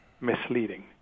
misleading